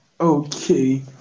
Okay